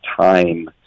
time